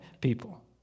people